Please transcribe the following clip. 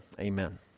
amen